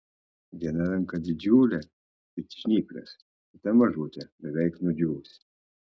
viena ranka didžiulė it žnyplės kita mažutė beveik nudžiūvusi